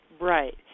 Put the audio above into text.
Right